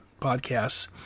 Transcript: podcasts